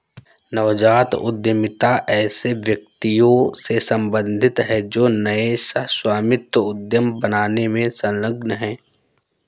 नवजात उद्यमिता ऐसे व्यक्तियों से सम्बंधित है जो नए सह स्वामित्व उद्यम बनाने में संलग्न हैं